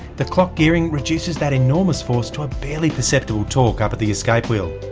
the clock gearing reduces that enourmous force to a barely perceptible torque up at the escape wheel.